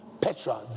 Petra